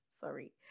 sorry